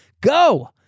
go